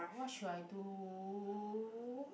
what should I do